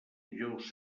dijous